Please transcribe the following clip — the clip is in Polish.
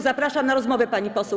Zapraszam na rozmowę, pani poseł.